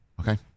Okay